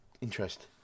interest